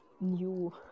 new